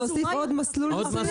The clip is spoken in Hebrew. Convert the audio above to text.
עוד מסלול?